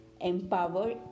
empower